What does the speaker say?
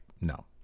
No